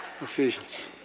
Ephesians